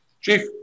Chief